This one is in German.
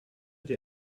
die